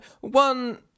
One